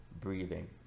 breathing